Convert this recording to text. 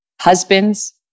husbands